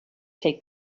take